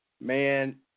Man